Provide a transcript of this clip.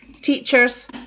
Teachers